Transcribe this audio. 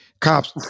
cops